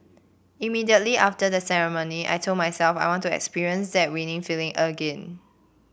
immediately after the ceremony I told myself I want to experience that winning feeling again